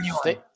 Stay